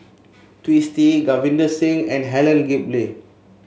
Twisstii Davinder Singh and Helen Gilbey